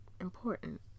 important